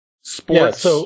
sports